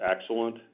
excellent